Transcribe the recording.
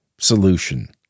Solution